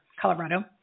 Colorado